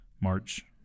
March